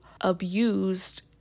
abused